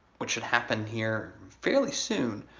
which should happen here fairly soon,